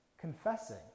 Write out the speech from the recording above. confessing